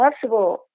possible